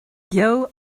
beo